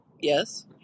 Yes